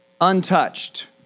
untouched